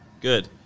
Good